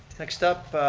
next up,